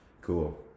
cool